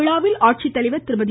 விழாவில் ஆட்சித்தலைவர் திருமதி